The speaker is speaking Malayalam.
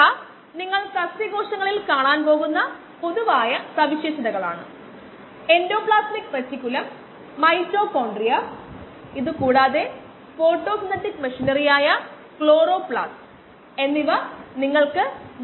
നിർദ്ദിഷ്ട വളർച്ചാ നിരക്ക് 0